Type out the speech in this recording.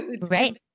Right